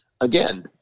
Again